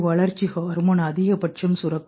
வளர்ச்சி ஹார்மோன்கள் அதிகபட்சம் சுரக்கும்